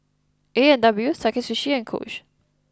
A and W Sakae Sushi and Coach